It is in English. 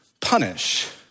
punish